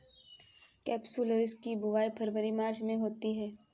capsularis की बुवाई फरवरी मार्च में होती है